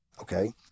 Okay